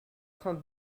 train